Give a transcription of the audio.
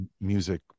music